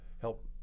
help